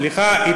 סליחה,